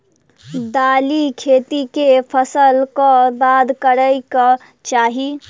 दालि खेती केँ फसल कऽ बाद करै कऽ चाहि?